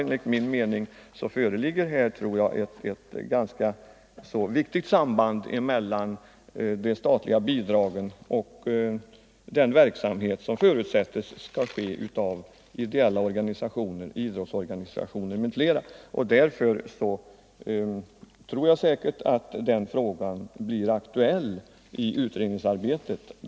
Enligt min mening finns det ett ganska viktigt samband mellan de statliga bidragen och den verksamhet som ideella organisationer, idrottsorganisationer m.fl. förutsätts bedriva. Därför blir den frågan säkerligen aktuell i utredningsarbetet.